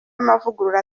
amavugurura